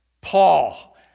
Paul